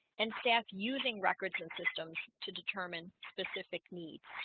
and staff using records and systems to determine specific needs